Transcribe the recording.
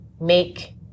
make